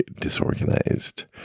disorganized